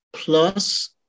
plus